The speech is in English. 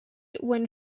when